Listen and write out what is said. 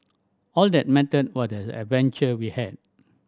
all that mattered was the adventure we had